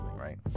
right